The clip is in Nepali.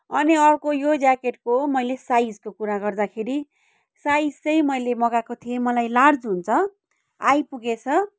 अनि अर्को यो ज्याकेटको मैले साइजको कुरा गर्दाखेरि साइज चाहिँ मैले मगाएको थिएँ मलाई लार्ज हुन्छ आइपुगेछ